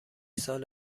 سال